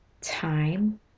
time